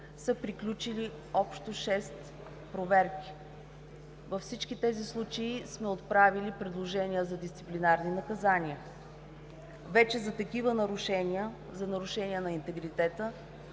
са приключили общо шест проверки. Във всички тези случаи сме отправили предложения за дисциплинарно наказание. Вече за такива нарушения – за нарушения на интегритета,